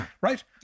right